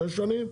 שש שנים,